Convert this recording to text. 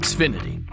Xfinity